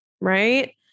right